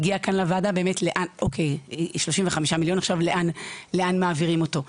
35 מיליון, לאן מעבירים אותם?